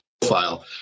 profile